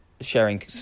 sharing